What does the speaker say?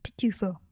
Pitufo